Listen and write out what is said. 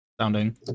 sounding